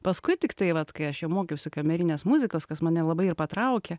paskui tiktai vat kai aš jau mokiausi kamerinės muzikos kas ma ne labai ir patraukė